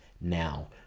now